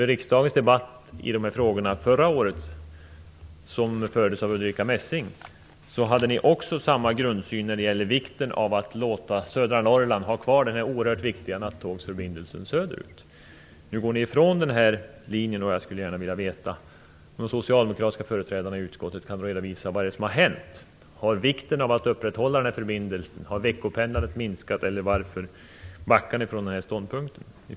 Vid riksdagens debatt i de här frågorna förra året, då socialdemokraterna företräddes av Ulrica Messing, hade ni också samma grundsyn när det gäller vikten av att låta södra Norrland ha kvar sin oerhört viktiga nattågsförbindelse söderut. Nu går ni ifrån den här linjen och jag skulle vilja be de socialdemokratiska företrädarna i utskottet att redovisa vad som har hänt. Har vikten av att upprätthålla den här förbindelsen minskat? Har veckopendlandet minskat, eller varför backar ni från den här ståndpunkten?